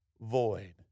void